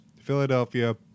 Philadelphia